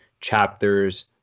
chapters